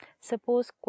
Suppose